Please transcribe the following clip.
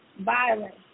Violence